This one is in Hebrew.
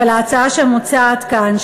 אבל ההצעה שמוצעת כאן,